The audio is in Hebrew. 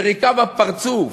יריקה בפרצוף,